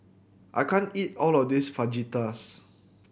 I can't eat all of this Fajitas